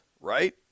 right